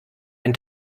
ein